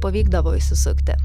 pavykdavo išsisukti